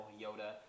Yoda